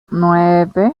nueve